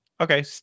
okay